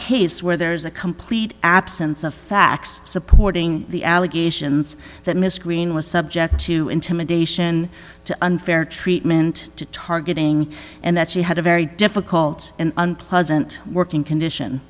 case where there is a complete absence of facts supporting the allegations that mr green was subject to intimidation to unfair treatment to targeting and that she had a very difficult and unpleasant working condition